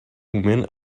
moment